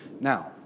Now